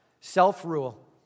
self-rule